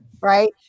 right